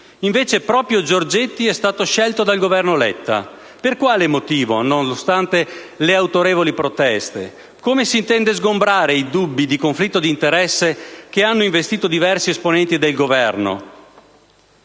invece proprio Giorgetti è stato scelto dal Governo Letta. Per quale motivo, nonostante le autorevoli proteste? Come si intende sgomberare il campo dai dubbi di conflitto di interesse che hanno investito diversi esponenti del Governo?